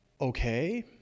okay